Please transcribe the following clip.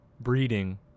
breeding